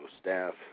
staff